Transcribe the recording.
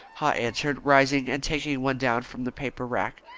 haw answered, rising, and taking one down from the paper-rack.